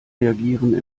reagieren